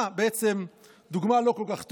אה, בעצם דוגמה לא כל כך טובה.